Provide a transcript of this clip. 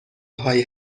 هایی